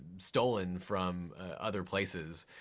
stolen from other places.